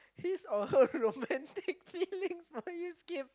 his or her romantic feelings for your escape